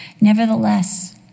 Nevertheless